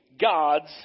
God's